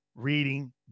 Reading